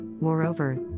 moreover